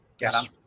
Yes